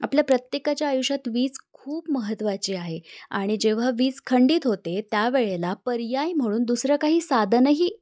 आपल्या प्रत्येकाच्या आयुष्यात वीज खूप महत्त्वाची आहे आणि जेव्हा वीज खंडित होते त्यावेळेला पर्याय म्हणून दुसरं काही साधनही